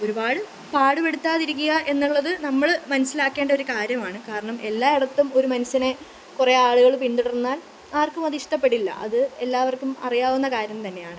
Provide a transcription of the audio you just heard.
ഒരുപാട് പാടുപെടുത്താതിരിക്കുക എന്നുള്ളത് നമ്മൾ മനസിലാക്കേണ്ട ഒരു കാര്യമാണ് കാരണം എല്ലായിടത്തും ഒരു മനുഷ്യനെ കുറെ ആളുകൾ പിന്തുടർന്നാൽ ആർക്കുമതിഷ്ടപ്പെടില്ല അത് എല്ലാവർക്കും അറിയാവുന്ന കാര്യം തന്നെയാണ്